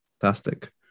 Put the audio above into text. Fantastic